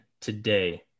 today